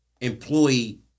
employee